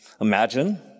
imagine